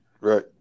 right